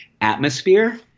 atmosphere